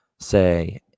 Say